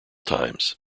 times